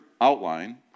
outline